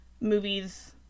movies